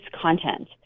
content